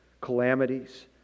calamities